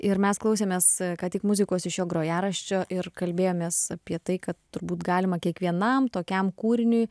ir mes klausėmės ką tik muzikos iš jo grojaraščio ir kalbėjomės apie tai kad turbūt galima kiekvienam tokiam kūriniui